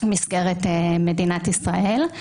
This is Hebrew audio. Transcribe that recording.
במסגרת מדינת ישראל.